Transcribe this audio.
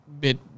bit